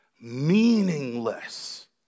meaningless